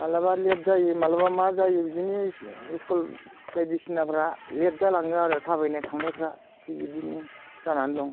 माब्लाबा लेट जायो माब्लाबा मा जायो बिदिनो स्कुल बायदिसिनाफ्रा लेट जालाङो आरो थाबायनाय थांनायफ्रा थिग इदिनो जानानै दं